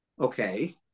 Okay